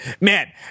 man